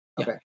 Okay